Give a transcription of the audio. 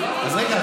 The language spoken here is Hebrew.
אז רגע,